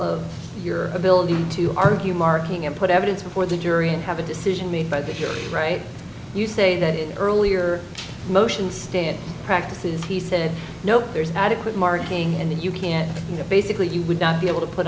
of your ability to argue marking and put evidence before the jury and have a decision made by the right you say that earlier motion stand practice he said no there's adequate marking and you can you know basically you would not be able to put